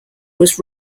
was